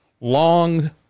long